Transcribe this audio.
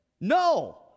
No